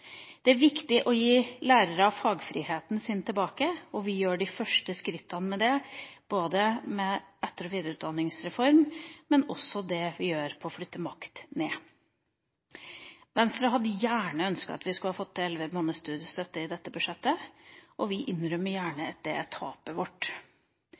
Det er viktig å gi lærerne fagfriheten tilbake. Vi tar første skrittene med en etter- og videreutdanningsreform, men også det vi gjør med å flytte makt ned. Venstre hadde gjerne ønsket at vi hadde fått til elleve måneders studiestøtte i dette budsjettet, og vi innrømmer